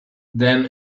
then